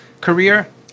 career